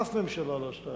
אף ממשלה לא עשתה את זה.